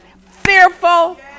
fearful